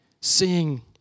seeing